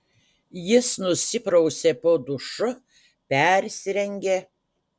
jis nusiprausė po dušu persirengė